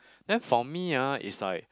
then for me ah is like